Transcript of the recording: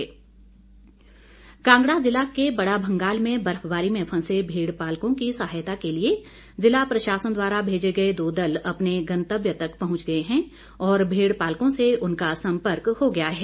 DC Kangra Kangra जिला के बड़ा भंगाल में बर्फबारी में फंसे भेड़पालकों की सहायता के लिए जिला प्रशासन द्वारा भेजे गए दो दल अपने गंतव्य तक पहुंच गए हैं और भेड़पालकों से उनका संपर्क हो गया है